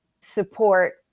support